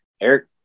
Eric